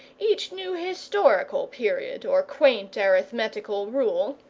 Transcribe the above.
each new historical period or quaint arithmetical rule,